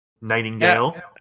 Nightingale